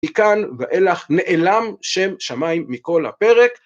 מכאן ואילך נעלם שם שמיים מכל הפרק.